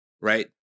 Right